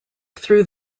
through